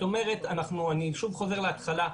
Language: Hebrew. אני שוב חוזר להתחלה,